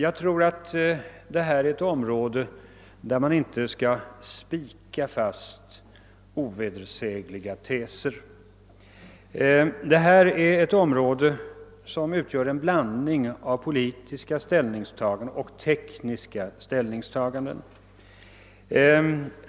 Detta är ett område där man inte skall spika fast ovedersägliga teser, utan ett område som är en blandning av politiska och tekniska ställningstaganden.